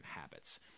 habits